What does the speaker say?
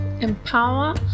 empower